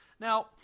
Now